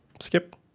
Skip